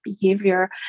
behavior